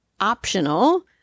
optional